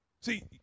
See